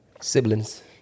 siblings